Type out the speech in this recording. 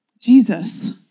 Jesus